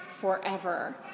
forever